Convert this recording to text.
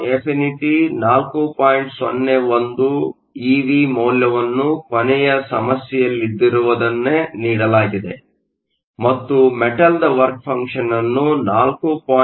01 eV ಮೌಲ್ಯವನ್ನು ಕೊನೆಯ ಸಮಸ್ಯೆಯಲ್ಲಿದ್ದಿರುವದನ್ನು ನೀಡಲಾಗಿದೆ ಮತ್ತು ಮೆಟಲ್ನ ವರ್ಕ್ ಫಂಕ್ಷನ್ ಅನ್ನು 4